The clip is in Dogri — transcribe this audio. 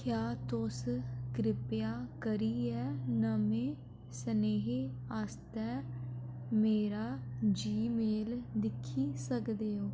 क्या तुस किरपा करियै नमें सनेह् आस्तै मेरा जीमेल दिक्खी सकदे ओ